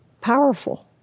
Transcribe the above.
Powerful